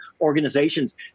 organizations